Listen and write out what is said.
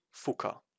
Fuka